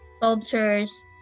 sculptures